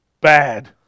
bad